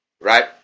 right